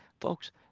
Folks